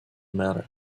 matter